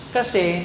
kasi